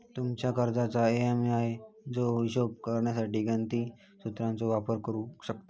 तुमच्या कर्जाच्या ए.एम.आय चो हिशोब करण्यासाठी गणिती सुत्राचो वापर करू शकतव